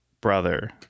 brother